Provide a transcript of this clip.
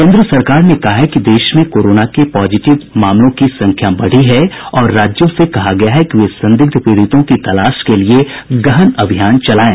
केंद्र सरकार ने कहा है कि देश में कोरोना के पॉजिटिव मामलों की संख्या बढ़ी है और राज्यों से कहा गया है कि वे संदिग्ध पीड़ितों की तलाश के लिए गहन अभियान चलायें